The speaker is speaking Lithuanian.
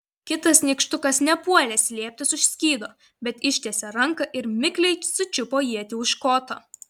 kitas nykštukas nepuolė slėptis už skydo bet ištiesė ranką ir mikliai sučiupo ietį už koto